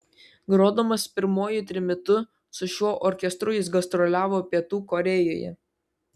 grodamas pirmuoju trimitu su šiuo orkestru jis gastroliavo pietų korėjoje